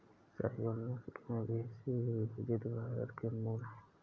साहीवाल नस्ल के मवेशी अविभजित भारत के मूल हैं